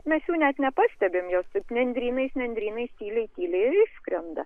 mes jų net nepastebim jos nendrynais nendrynais tyliai tyliai ir išskrenda